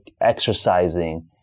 exercising